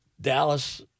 Dallas